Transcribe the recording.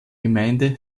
gemeinde